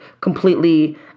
completely